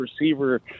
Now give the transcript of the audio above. receiver